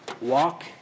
Walk